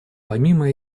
помимо